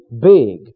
big